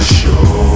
show